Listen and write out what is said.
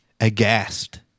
aghast